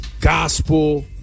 gospel